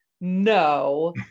no